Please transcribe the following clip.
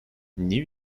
new